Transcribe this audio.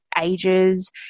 ages